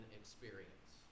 experience